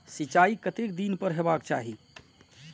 सिंचाई कतेक दिन पर हेबाक चाही?